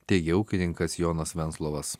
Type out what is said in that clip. teigė ūkininkas jonas venslovas